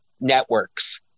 networks